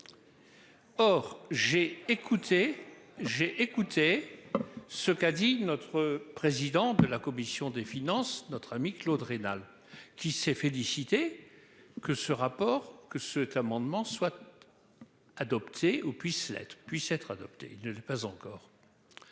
j'ai écouté ce qu'a dit notre président de la commission des finances, notre ami Claude rénal qui s'est félicité que ce rapport que ce que l'amendement soit. Adopté au puisse puisse être adopté ne l'pas encore.